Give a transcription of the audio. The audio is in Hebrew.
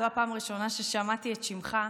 זו הייתה הפעם הראשונה ששמעתי את שמך,